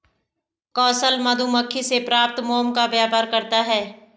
कौशल मधुमक्खी से प्राप्त मोम का व्यापार करता है